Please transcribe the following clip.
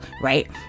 right